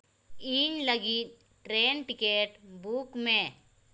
ᱤᱧ ᱞᱟᱹᱜᱤᱫ train ticket book ᱢᱮ